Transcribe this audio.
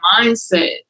mindset